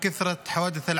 להלן תרגומם:) תודה רבה.